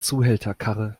zuhälterkarre